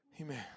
Amen